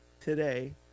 today